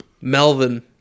Melvin